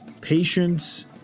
patience